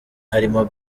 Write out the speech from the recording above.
harimwo